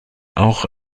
auch